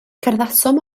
cerddasom